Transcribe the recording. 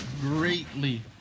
Greatly